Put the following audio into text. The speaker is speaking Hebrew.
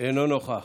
אינו נוכח,